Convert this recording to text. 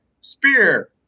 spear